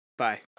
bye